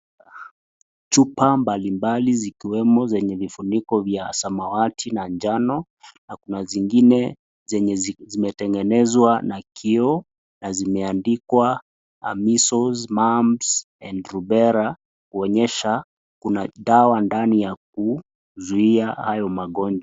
Chupa mbalimbali zikiwemo zenye vifuniko vya samawati na njano na kuna zingine zenye zimetengenezwa na kioo na zimeandikwa measles, mumps and rubella .Kuonyesha kuna dawa ndani ya kuzuia hayo magonjwa.